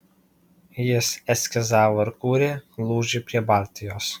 jis eskizavo ir kūrė lūžį prie baltijos